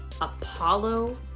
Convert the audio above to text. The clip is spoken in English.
Apollo